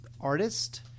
artist